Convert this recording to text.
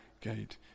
gate